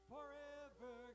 Forever